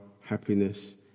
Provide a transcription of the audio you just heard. happiness